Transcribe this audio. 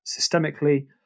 systemically